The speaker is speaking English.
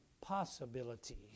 possibilities